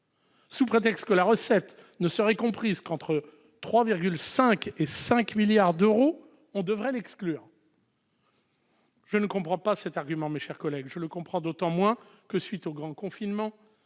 Sous prétexte que la recette ne serait comprise qu'entre 3,5 milliards et 5 milliards d'euros, on devrait l'exclure ? Je ne comprends pas cet argument, mes chers collègues. Je le comprends d'autant moins que, à la suite du « grand confinement